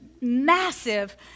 massive